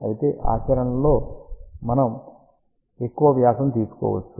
అయితే ఆచరణలో మనం ఎక్కువ వ్యాసం తీసుకోవచ్చు